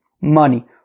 money